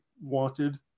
wanted